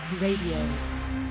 Radio